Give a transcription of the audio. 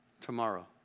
tomorrow